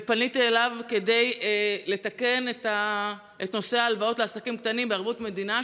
פניתי אליו כדי לתקן את נושא ההלוואות לעסקים קטנים בערבות מדינה,